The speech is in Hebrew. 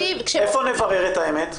איפה נברר את האמת?